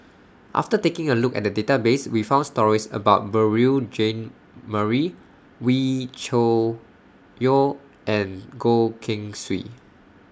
after taking A Look At The Database We found stories about Beurel Jean Marie Wee Cho Yaw and Goh Keng Swee